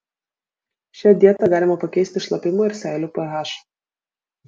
šia dieta galima pakeisti šlapimo ir seilių ph